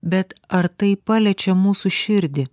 bet ar tai paliečia mūsų širdį